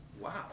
wow